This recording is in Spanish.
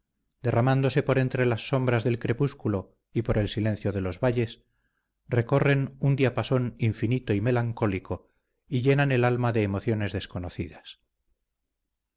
derramándose por entre las sombras del crepúsculo y por el silencio de los valles recorren un diapasón infinito y melancólico y llenan el alma de emociones desconocidas